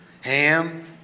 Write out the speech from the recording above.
ham